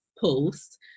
post